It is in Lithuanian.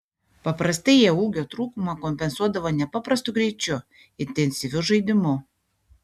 paprastai jie ūgio trūkumą kompensuodavo nepaprastu greičiu intensyviu žaidimu